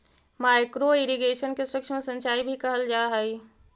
micro irrigation के सूक्ष्म सिंचाई भी कहल जा हइ